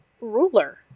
ruler